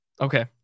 Okay